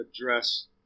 address